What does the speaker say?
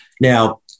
Now